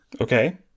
Okay